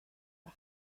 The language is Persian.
وقت